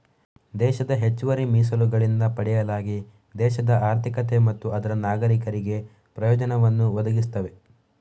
ದೇಶದ ಹೆಚ್ಚುವರಿ ಮೀಸಲುಗಳಿಂದ ಪಡೆಯಲಾಗಿ ದೇಶದ ಆರ್ಥಿಕತೆ ಮತ್ತು ಅದರ ನಾಗರೀಕರಿಗೆ ಪ್ರಯೋಜನವನ್ನು ಒದಗಿಸ್ತವೆ